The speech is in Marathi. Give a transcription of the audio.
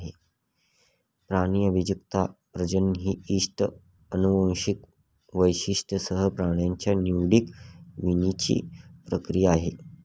प्राणी अभिजातता, प्रजनन ही इष्ट अनुवांशिक वैशिष्ट्यांसह प्राण्यांच्या निवडक वीणाची प्रक्रिया आहे